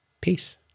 Peace